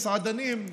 מסעדנים,